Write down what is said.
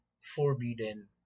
forbidden